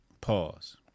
Pause